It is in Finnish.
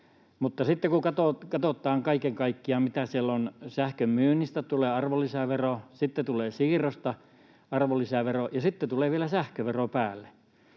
Mutta sitten kun katsotaan, mitä siellä on kaiken kaikkiaan — sähkön myynnistä tulee arvonlisävero, sitten siirrosta tulee arvonlisävero, ja sitten tulee vielä sähkövero päälle